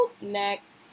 next